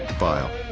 file